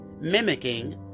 mimicking